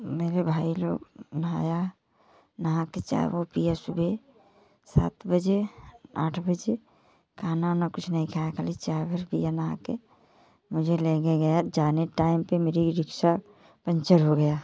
मेरे भाई लोग नहाया नहा के चाय वाय पिया सुबह सात बजे आठ बजे खाना वाना कुछ नहीं खाया खाली चाय भर पिया नहा के मुझे लेके गया जाने के टाइम पे मेरा ई रिक्शा पंचर हो गया